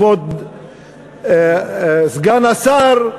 כבוד סגן השר,